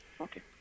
Okay